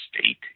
state